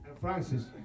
Francis